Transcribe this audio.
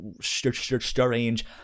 strange